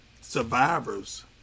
survivors